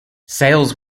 sales